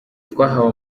twahawe